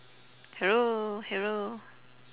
hello hello